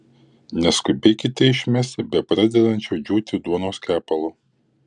neskubėkite išmesti bepradedančio džiūti duonos kepalo